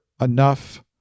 enough